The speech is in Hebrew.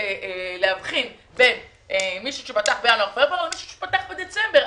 להבחין בין מישהו שפתח בינואר-פברואר למישהו שפתח בדצמבר.